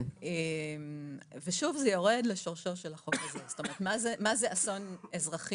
גם זה יורד לשורשו של החוק הזה: מה זה בעצם אסון אזרחי,